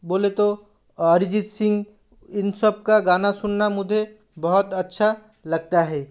बोले तो अर्जित सिंह इन सब का गाना सुनना मुझे बहुत अच्छा लगता है